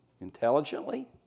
intelligently